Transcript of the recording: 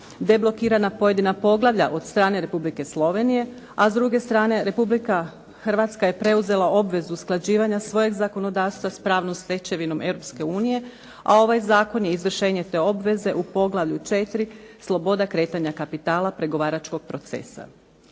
deblokirana pojedina poglavlja od strane Republike Slovenije a s druge strane Republika Hrvatska je preuzela obvezu usklađivanja svojeg zakonodavstva s pravnom stečevinom Europske unije a ovaj zakon je izvršenje te obveze u poglavlju 4 – Sloboda kretanja kapitala pregovaračkog procesa.